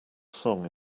song